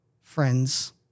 friends